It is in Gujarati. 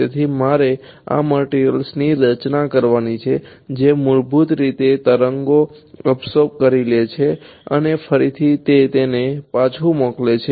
તેથી મારે આ મટીરીય્લ્સની રચના કરવાની છે જે મૂળભૂત રીતે તરંગને અબ્સોર્બ કરી લે છે અને ફરીથી તે તેને પાછું મોકલે છે